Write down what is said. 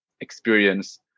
experience